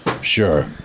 Sure